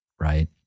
right